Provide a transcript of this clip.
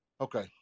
Okay